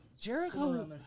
Jericho